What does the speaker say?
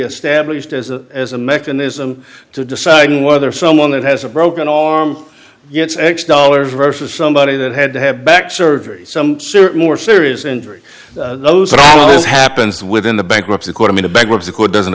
established as a as a mechanism to deciding whether someone that has a broken arm gets x dollars versus somebody that had to have back surgery some certain or serious injury those are happens within the bankruptcy court i mean a bankruptcy court doesn't